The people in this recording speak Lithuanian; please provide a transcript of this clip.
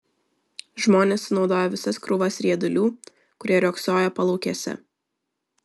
žmonės sunaudojo visas krūvas riedulių kurie riogsojo palaukėse